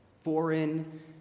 foreign